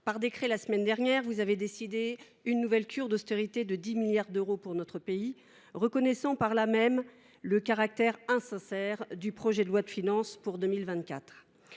chargé des comptes publics, vous avez décidé par décret d’une nouvelle cure d’austérité de 10 milliards d’euros pour notre pays, reconnaissant par là même le caractère insincère du projet de loi de finances pour 2024.